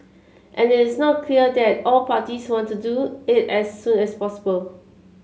and it is not clear that all parties want to do it as soon as possible